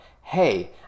hey